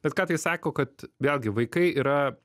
bet ką tai sako kad vėlgi vaikai yra